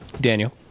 Daniel